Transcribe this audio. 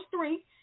three